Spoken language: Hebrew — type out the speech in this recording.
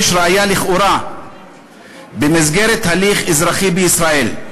ראיה לכאורה במסגרת הליך אזרחי בישראל.